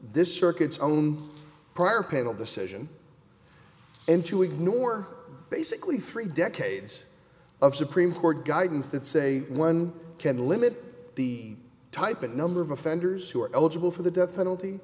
this circuit's own prior panel decision and to ignore basically three decades of supreme court guidance that say one can limit the type and number of offenders who are eligible for the death penalty